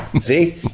See